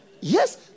Yes